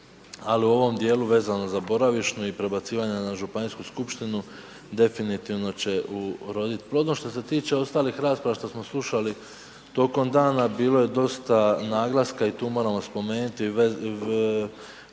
Ali u ovom dijelu vezano za boravišnu i prebacivanje na županijsku skupštinu definitivno će uroditi plodom. Što se tiče ostalih rasprava što smo slušali tijekom dana, bilo je dosta naglaska i tu moramo spomenuti